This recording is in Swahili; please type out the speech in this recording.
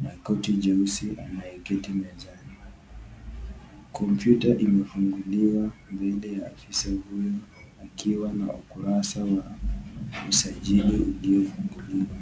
na koti jeusi anayeketi mezani, kompyuta imefunguliwa mbele ya afisa huyu akiwa na ukurasa wa usajili ulio funguliwa.